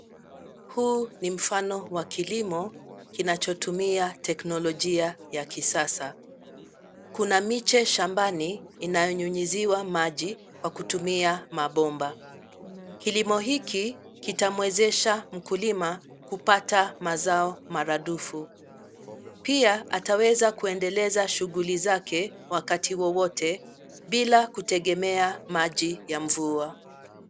Huu ni mfano wa kilimo, kinachotumia teknolojia ya kisasa. Kuna miche shambani, inayonyunyiziwa maji kwa kutumia mabomba. Kilimo hiki kitamwezesha mkulima kupata mazao maradufu. Pia ataweza kuendeleza shughuli zake wakati wowote bila kutegemea maji ya mvua.